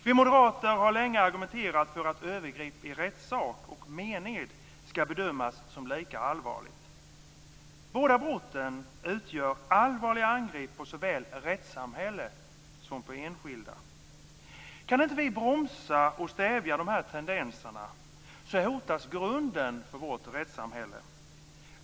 Vi moderater har länge argumenterat för att övergrepp i rättssak och mened ska bedömas som lika allvarligt. Båda brotten utgör allvarliga angrepp såväl mot rättssamhället som mot enskilda. Kan vi inte bromsa och stävja de här tendenserna hotas grunden för vårt rättssamhälle.